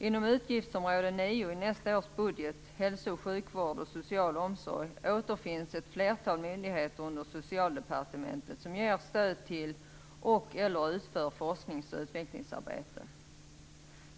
Inom utgiftsområde 9 i nästa års budget, Hälso och sjukvård och socialomsorg, återfinns ett flertal myndigheter under Socialdepartementet som ger stöd till och/eller utför forsknings och utvecklingsarbete.